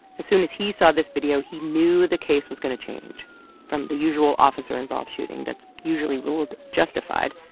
as soon as he saw this video, he knew the case was going to change from the usual officer-involved shooting, that's usually ruled justified,